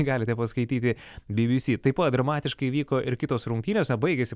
galite paskaityti bbc taip pat dramatiškai vyko ir kitos rungtynės baigėsi